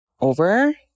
over